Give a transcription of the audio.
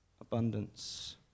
abundance